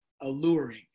alluring